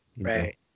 right